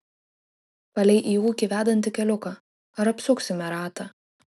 palei į ūkį vedantį keliuką ar apsuksime ratą